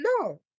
No